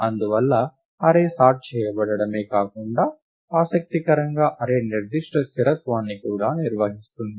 అందువల్ల array sort చేయబడడమే కాకుండా ఆసక్తికరంగా అర్రే నిర్దిష్ట స్థిరత్వాన్ని కూడా నిర్వహిస్తుంది